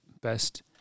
best